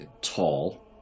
tall